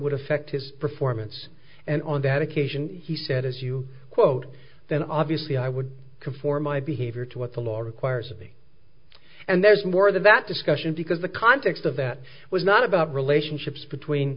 would affect his performance and on that occasion he said as you quote then obviously i would conform my behavior to what the law requires me and there's more than that discussion because the context of that was not about relationships between